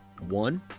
one